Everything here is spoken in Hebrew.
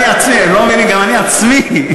אני עצמי,